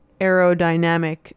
aerodynamic